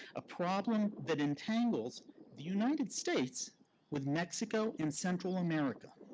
a problem that entangles the united states with mexico and central america.